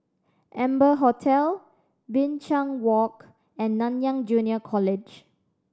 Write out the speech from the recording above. Amber Hotel Binchang Walk and Nanyang Junior College